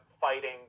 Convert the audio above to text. fighting